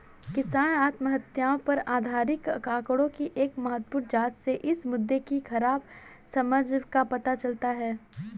किसान आत्महत्याओं पर आधिकारिक आंकड़ों की एक महत्वपूर्ण जांच से इस मुद्दे की खराब समझ का पता चलता है